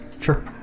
Sure